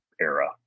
era